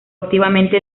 activamente